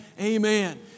amen